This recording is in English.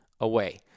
away